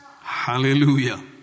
hallelujah